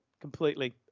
completely